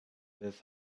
this